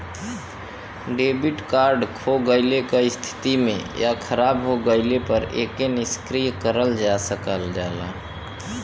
debit card खो गइले क स्थिति में या खराब हो गइले पर एके निष्क्रिय करल जा सकल जाला